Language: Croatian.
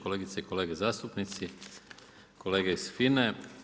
Kolegice i kolege zastupnici, kolege iz FINA-e.